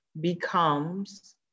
becomes